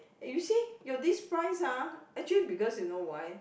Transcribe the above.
eh you see your this price ah actually because you know why